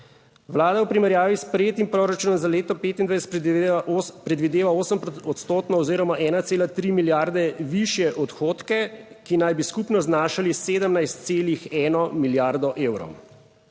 Vlada v primerjavi s sprejetim proračunom za leto 2025 predvideva predvideva 8 odstotno oziroma 1,3 milijarde višje odhodke, ki naj bi skupno znašali 17,1 milijardo evrov.